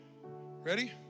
Ready